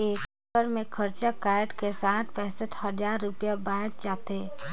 एकड़ मे खरचा कायट के साठ पैंसठ हजार रूपिया बांयच जाथे